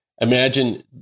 imagine